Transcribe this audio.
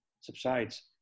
subsides